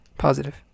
positive